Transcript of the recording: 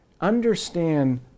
understand